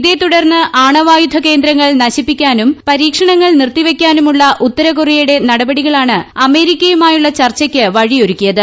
ഇതേ തുടർന്ന് അണുവായുധ കേന്ദ്രങ്ങൾ നശിപ്പിക്കാനും പരീക്ഷണങ്ങൾ നിർത്തിവയ്ക്കാനുമുള്ള ഉത്തരകൊരിയയുടെ നടപടികളാണ് അമേരിക്കയുമായുള്ള ചർച്ചയ്ക്ക് വഴിയൊരുക്കിയത്